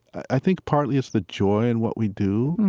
i think partly is the joy in what we do.